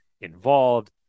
involved